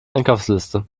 einkaufsliste